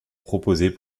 proposés